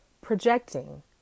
projecting